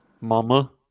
mama